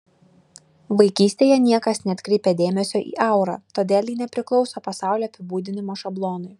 vaikystėje niekas neatkreipė dėmesio į aurą todėl ji nepriklauso pasaulio apibūdinimo šablonui